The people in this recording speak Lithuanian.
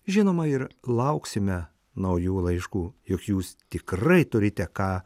žinoma ir lauksime naujų laiškų juk jūs tikrai turite ką